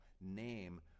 name